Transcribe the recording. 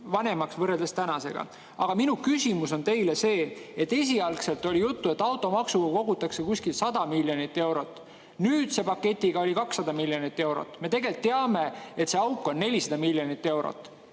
vanemaks võrreldes tänasega. Aga minu küsimus on teile see. Esialgselt oli juttu, et automaksuga kogutakse kuskil 100 miljonit eurot, nüüdse paketiga oli 200 miljonit eurot. Me teame, et see auk on 400 miljonit eurot.